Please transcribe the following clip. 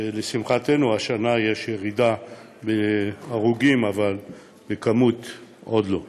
ולשמחתנו השנה יש ירידה בהרוגים אבל במספר התאונות עוד לא.